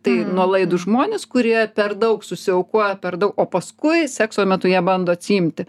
tai nuolaidūs žmonės kurie per daug susiau kuo per daug o paskui sekso metu jie bando atsiimti